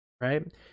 Right